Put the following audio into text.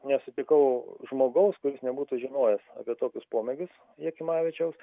nesutikau žmogaus kuris nebūtų žinojęs apie tokius pomėgius jakimavičiaus